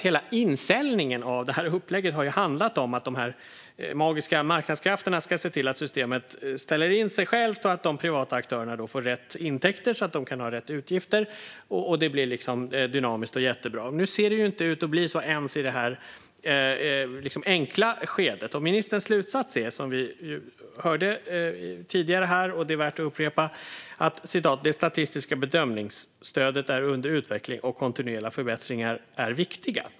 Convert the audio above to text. Hela insäljningen av upplägget har ju handlat om att de magiska marknadskrafterna ska se till att systemet ställer in sig självt. De privata aktörerna får då rätt intäkter, så att de kan ha rätt utgifter. Det blir liksom dynamiskt och jättebra. Nu ser det inte ut att bli så ens i det här enkla skedet. Vi hörde tidigare ministerns slutsats. Den är värd att upprepa: "Det statistiska bedömningsstödet är under utveckling, och kontinuerliga förbättringar är viktiga."